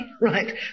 right